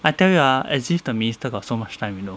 I tell you ah as if the minister got so much time you know